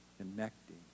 connecting